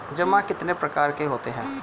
जमा कितने प्रकार के होते हैं?